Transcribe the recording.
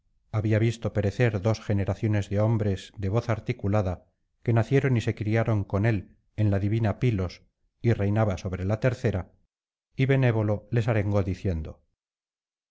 había visto perecer dos generaciones de hombres de voz articulada que nacieron y se criaron con él en la divina pilos y reinaba sobre la tercera y benévolo les arengó diciendo